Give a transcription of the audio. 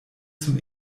zum